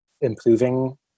improving